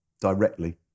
directly